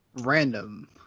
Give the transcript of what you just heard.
Random